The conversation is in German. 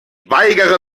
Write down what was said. weigere